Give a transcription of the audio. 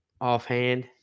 offhand